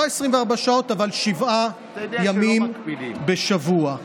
לא 24 שעות, אבל שבעה ימים בשבוע.